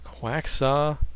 Quacksaw